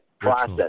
process